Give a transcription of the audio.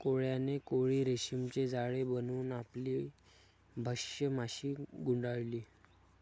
कोळ्याने कोळी रेशीमचे जाळे बनवून आपली भक्ष्य माशी गुंडाळली